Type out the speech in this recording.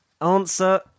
answer